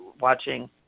watching